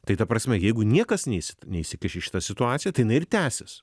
tai ta prasme jeigu niekas neis neįsikiš į šitą situaciją tai jinai ir tęsis